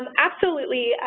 um absolutely.